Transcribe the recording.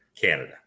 Canada